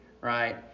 right